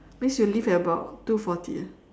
means we'll leave at about two forty eh